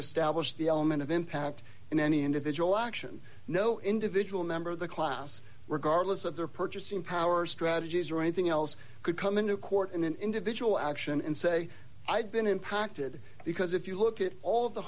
establish the element of impact in any individual action no individual member of the class regardless of their purchasing power strategies or anything else could come into court in an individual action and say i've been impacted because if you look at all